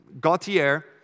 Gautier